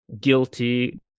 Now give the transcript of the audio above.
guilty